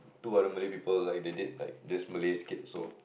two other Malay people like they did like this Malay skit also